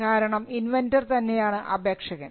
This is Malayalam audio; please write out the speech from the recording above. കാരണം ഇൻവെൻന്റർ തന്നെയാണ് അപേക്ഷകൻ